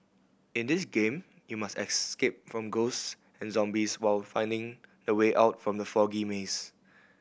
in this game you must escape from ghosts and zombies while finding the way out from the foggy maze